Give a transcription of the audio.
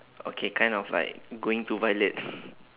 okay kind of like going to violet